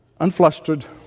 unflustered